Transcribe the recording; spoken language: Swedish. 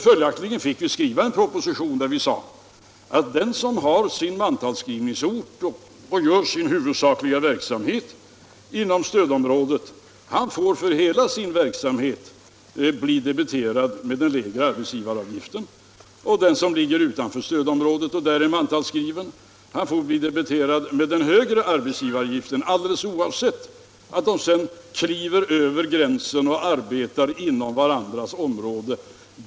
Följaktligen fick vi skriva en proposition innebärande att den som har sin mantalsskrivningsort och sin huvudsakliga verksamhet inom stödområdet för hela sin verksamhet blir debiterad med den lägre arbetsgivaravgiften medan den som är bosatt och mantalsskriven utanför stödområdet blir debiterad den högre arbetsgivaravgiften, oavsett att båda kliver över gränsen och arbetar inom varandras områden.